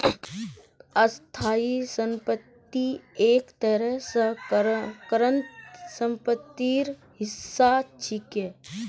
स्थाई संपत्ति एक तरह स करंट सम्पत्तिर हिस्सा छिके